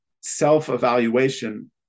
self-evaluation